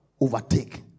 Overtake